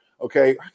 Okay